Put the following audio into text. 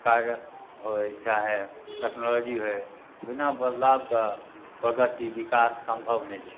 कार्यके होइ चाहे टेक्नोलॉजी होइ बिना बदलावके प्रगति विकास सम्भव नहि छै